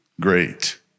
Great